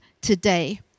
today